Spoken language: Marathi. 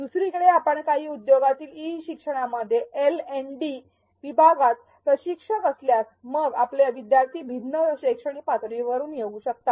दुसरीकडे आपण काही उद्योगातील ई शिक्षणामध्ये एलएनडी विभागात प्रशिक्षक असल्यास मग आपले विद्यार्थी भिन्न शैक्षणिक पातळीसह येऊ शकतात